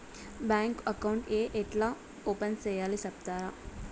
Bank account ఏ ఎట్లా open సేయాలి సెప్తారా?